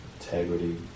integrity